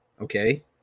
Okay